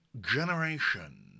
generation